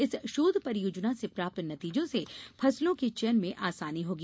इस शोध परियोजना से प्राप्त नतीजों से फसलों के चयन में आसानी होगी